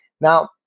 Now